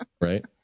Right